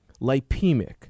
Lipemic